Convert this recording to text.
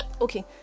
okay